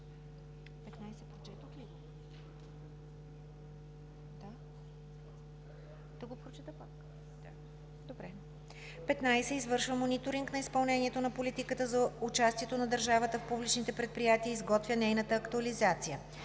15. извършва мониторинг на изпълнението на политиката за участието на държавата в публичните предприятия и изготвя нейната актуализация;